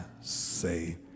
say